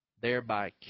thereby